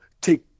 Take